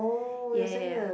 ya ya ya ya